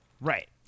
Right